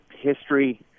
history